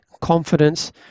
confidence